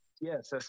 Yes